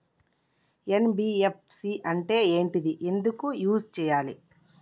NBFC అంటే ఏంటిది ఎందుకు యూజ్ చేయాలి?